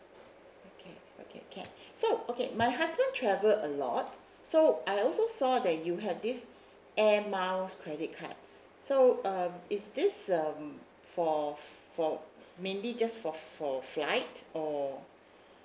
okay okay can so okay my husband travel a lot so I also saw that you have this air miles credit card so um is this um for for mainly just for for flight or